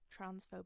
transphobic